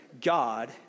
God